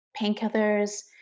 painkillers